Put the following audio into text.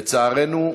לצערנו,